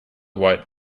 white